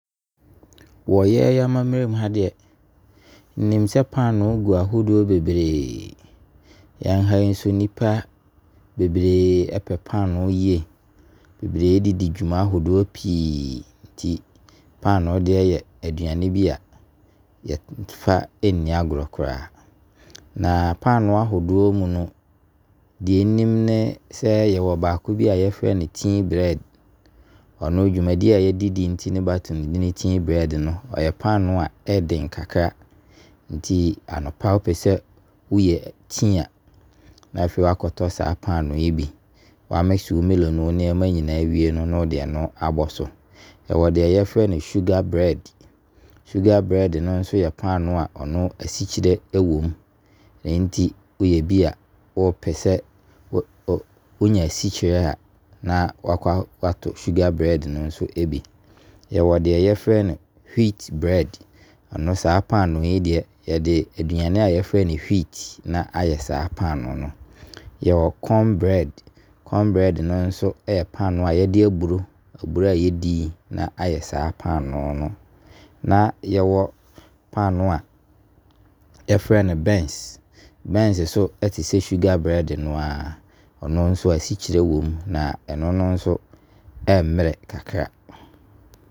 Wɔ yɛn amammerɛ mu ha deɛ, nnim sɛ panoo gu ahodoɔ bebree. Yɛha yi nso nipa bebree ɛpɛ panoo yie. Bebree ɛde di dwuma ahoroɔ pii. Nti panoo deɛ yɛaduane bi a yɛmfa nni agorɔ koraa. Na panoo ahodoɔ mu no deɛ nnim ne sɛ yɛwɔ baako bi a yɛfrɛ no tea bread. Ɔno, dwumadie a yɛde di no nti na bɛato ne din tea bread no. Ɛyɛ panoo a ɛden kakra. Nti anɔpa wo pɛ sɛ wo yɛ tea na afei wɔakɔtɔ saa panoo ne bi. 'Woamix' wo milo ne wo nneɛma nyinaa awie no na afei wo de ɛno no abɔ so. YƐwɔ deɛ yɛfrɛ no sugar bread. Sugar bread no nso yɛ panoo a ɔno asikyirɛ ɛwɔ mu. Ɛnti wo yɛ bi a wo pɛ sɛ wo wonya asikyirɛ na wɔatɔ sugar bread no ɛbi. Yɛwɔ deɛ yɛfrɛ no wheat bread. Ɔno, saa panoo yi deɛ yɛde aduane a yɛfrɛ no wheat na ayɛ saa panoo no. Yɛwɔ corn bread. Corn bread no nso ɛyɛ panoo a yɛde aduane a yɛfrɛ no aburo a yɛdi na ayɛ saa panoo no. Na yɛwɔ panoo a yɛfrɛ no benz. Benz nso ɛte sɛ sugar bread no a, ɛno nso asikyirɛ ɛwɔ mu. Ɛno nso ɛmmerɛ kakra.